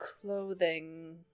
clothing